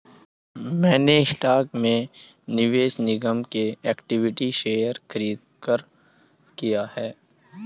मैंने स्टॉक में निवेश निगम के इक्विटी शेयर खरीदकर किया है